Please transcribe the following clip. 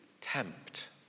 tempt